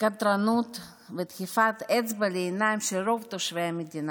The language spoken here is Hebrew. קנטרנות ודחיפת אצבע לעיניים של רוב תושבי המדינה.